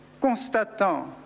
constatant